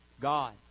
God